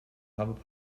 habe